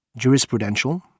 jurisprudential